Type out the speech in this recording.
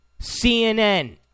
CNN